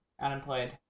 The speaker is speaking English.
unemployed